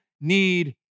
need